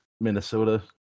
Minnesota